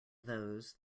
those